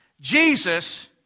Jesus